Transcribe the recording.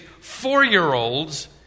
four-year-olds